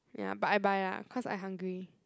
ya but I buy lah cause I hungry